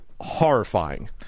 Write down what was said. horrifying